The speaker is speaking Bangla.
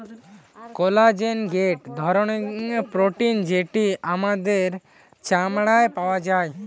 কোলাজেন গটে ধরণের প্রোটিন যেটি আমাদের চামড়ায় পাওয়া যায়